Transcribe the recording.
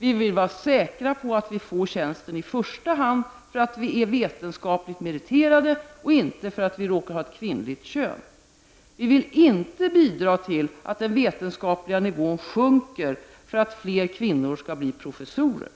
Vi vill vara säkra på att vi får tjänsten i första hand för att vi är vetenskapligt meriterade och inte för att vi råkar ha kvinnligt kön. Vi vill inte bidra till att den vetenskapliga nivån sjunker för att fler kvinnor ska bli professorer.